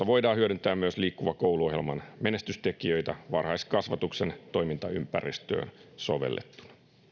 voidaan hyödyntää myös liikkuva koulu ohjelman menestystekijöitä varhaiskasvatuksen toimintaympäristöön sovellettuna